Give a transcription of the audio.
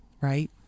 right